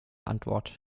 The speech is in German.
antwort